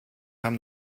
haben